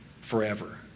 forever